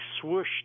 swoosh